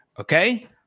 Okay